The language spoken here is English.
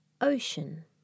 Ocean